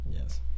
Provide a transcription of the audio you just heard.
Yes